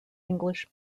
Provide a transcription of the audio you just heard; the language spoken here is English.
english